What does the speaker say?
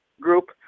group